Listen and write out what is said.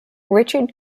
richard